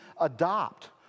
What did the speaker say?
adopt